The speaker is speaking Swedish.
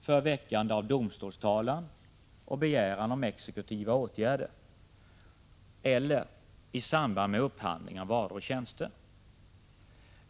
för väckande av domstolstalan och begäran om exekutiva åtgärder eller i samband med upphandling av varor och tjänster.